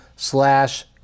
Slash